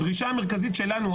הדרישה המרכזית שלנו,